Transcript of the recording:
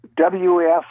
WF